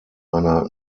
einer